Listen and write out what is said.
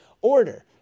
order